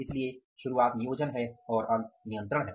इसलिए शुरुआत नियोजन है और अंत नियंत्रण है